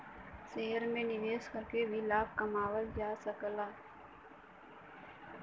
share में निवेश करके भी लाभ कमावल जा सकला